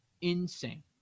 Insane